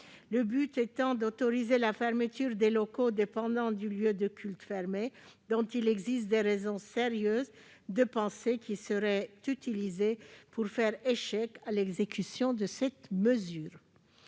le but étant d'autoriser la fermeture des locaux dépendant du lieu de culte fermé dont il existe des raisons sérieuses de penser qu'ils seraient utilisés pour faire échec à l'exécution de cette mesure.